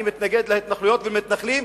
אני מתנגד להתנחלויות ולמתנחלים,